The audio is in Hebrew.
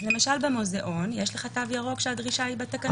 למשל במוזיאון יש לך תו ירוק שהדרישה היא בתקנות.